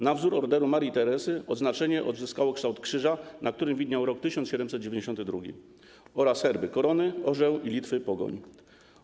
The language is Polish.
Na wzór Orderu Marii Teresy oznaczenie uzyskało kształt krzyża, na którym widniał rok 1792 oraz herby: Korony - Orzeł i Litwy - Pogoń.